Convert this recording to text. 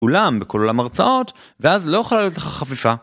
אולם, בכל אולם הרצאות, ואז לא יכולה להיות לך חפיפה.